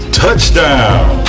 touchdown